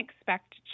expect